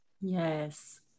Yes